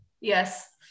Yes